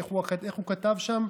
איך הוא כתב שם?